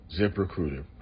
ZipRecruiter